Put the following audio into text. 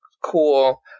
cool